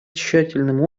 тщательным